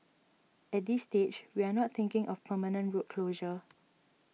at this stage we are not thinking of permanent road closure